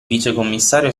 vicecommissario